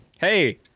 Hey